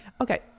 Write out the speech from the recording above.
Okay